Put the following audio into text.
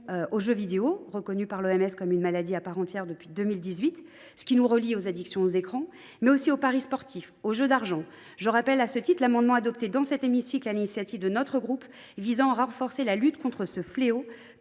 mondiale de la santé (OMS) comme une maladie à part entière depuis 2018, ce qui nous renvoie à la question des addictions aux écrans, mais aussi aux paris sportifs, aux jeux d’argent. Je rappelle à ce titre l’amendement adopté dans cet hémicycle sur l’initiative de notre groupe pour renforcer la lutte contre ce fléau.